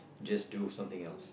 just do something else